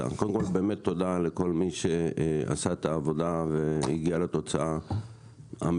קודם כל באמת תודה לכל מי שעשה את העבודה והגיע לתוצאה המבורכת,